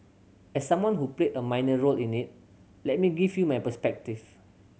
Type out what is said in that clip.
as someone who played a minor role in it let me give you my perspective